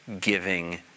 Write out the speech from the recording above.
giving